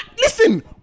listen